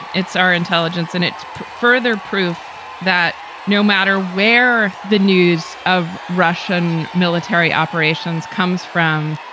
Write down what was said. it's our intelligence. and it's further proof that no matter where the news of russian military operations comes from,